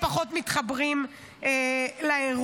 הם פחות מתחברים לאירוע.